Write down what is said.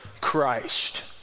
Christ